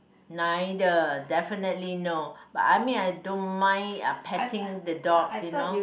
neither definitely no but I mean I don't mind uh patting the dog you know